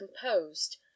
composed